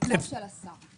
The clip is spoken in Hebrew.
זה צו של השר.